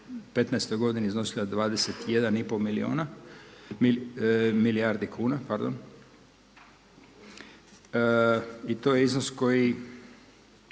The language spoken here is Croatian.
2015. godini iznosila 21,5 milijardi kuna i to je iznos koji